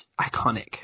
iconic